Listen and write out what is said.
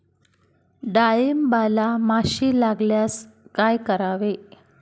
डाळींबाला माशी लागल्यास काय करावे?